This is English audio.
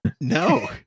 No